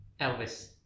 Elvis